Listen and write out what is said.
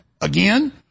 again